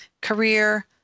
career